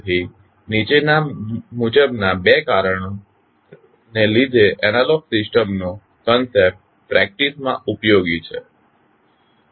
તેથી નીચે મુજબના 2 કારણો ને લીધે એનાલોગસ સિસ્ટમનો કંસ્પેટ પ્રેકટીસ માં ઉપયોગી છે